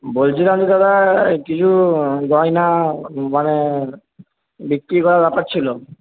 বলছিলাম দাদা কিছু গয়না মানে বিক্রি করার ব্যাপার ছিল